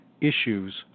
issues